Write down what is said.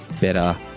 better